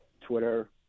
Twitter